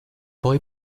poi